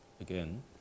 again